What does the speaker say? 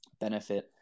benefit